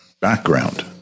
background